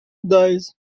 dies